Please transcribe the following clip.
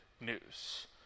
news